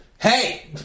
hey